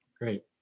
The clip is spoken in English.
great